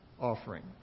offering